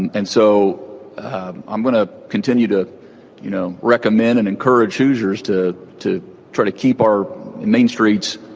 and and so i'm going to continue to you know recommend and encourage hoosiers to to try to keep our main streets